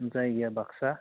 जायगाया बाक्सा